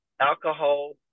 alcohol